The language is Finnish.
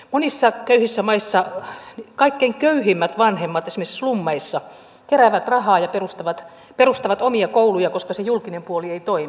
monissa köyhissä maissa kaikkein köyhimmät vanhemmat esimerkiksi slummeissa keräävät rahaa ja perustavat omia kouluja koska se julkinen puoli ei toimi